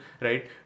right